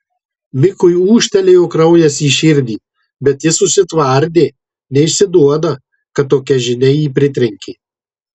mikui ūžtelėjo kraujas į širdį bet jis susitvardė neišsiduoda kad tokia žinia jį pritrenkė